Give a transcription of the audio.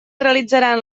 realitzaran